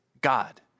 God